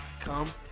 Come